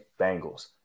Bengals